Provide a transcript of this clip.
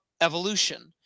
evolution